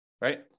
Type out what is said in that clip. right